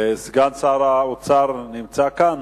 סגן שר האוצר נמצא כאן?